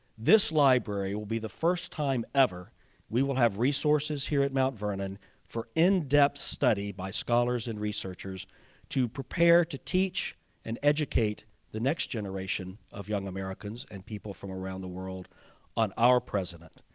this library will be the first time ever we will have resources here at mount vernon for in-depth study by scholars and researchers to prepare to teach teach and educate the next generation of young americans and people from around the world on our president.